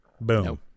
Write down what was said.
boom